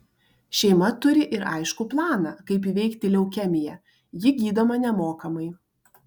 šeima turi ir aiškų planą kaip įveikti leukemiją ji gydoma nemokamai